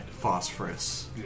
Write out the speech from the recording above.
phosphorus